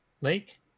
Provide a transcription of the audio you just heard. Lake